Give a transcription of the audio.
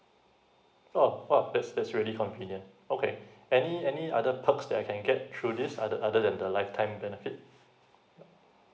oh !wah! that's that's really convenient okay any any other perks that I can get through this other other than the life time benefit